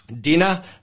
dinner